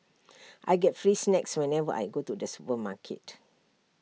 I get free snacks whenever I go to the supermarket